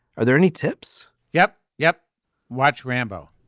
are there any tips yep yep watch rambo